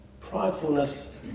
pridefulness